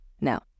Now